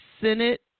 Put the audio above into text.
Senate